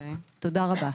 תודה רבה.